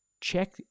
Check